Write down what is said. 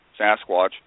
sasquatch